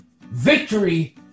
Victory